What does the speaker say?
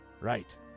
right